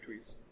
tweets